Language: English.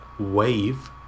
wave